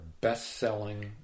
best-selling